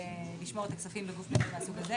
לשמור את הכספים בגוף מנהל מהסוג הזה,